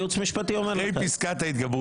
ייעוץ משפטי אומר לך את זה.